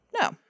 No